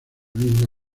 misma